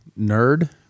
nerd